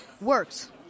works